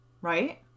right